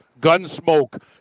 Gunsmoke